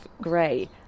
grey